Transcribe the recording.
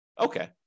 Okay